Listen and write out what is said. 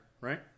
right